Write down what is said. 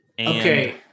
Okay